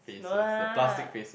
no lah